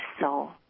soul